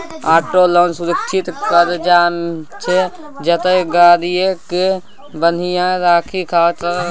auto loan सुरक्षित करजा छै जतय गाड़ीए केँ बन्हकी राखि करजा लेल जाइ छै